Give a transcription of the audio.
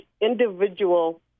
individual